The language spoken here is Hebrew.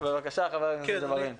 בבקשה חבר הכנסת ג'בארין.